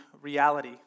reality